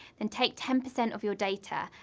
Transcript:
then take ten percent of your data,